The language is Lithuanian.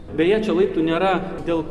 beje čia laiptų nėra dėl